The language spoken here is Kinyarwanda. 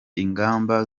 ingamba